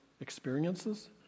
experiences